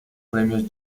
premios